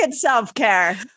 self-care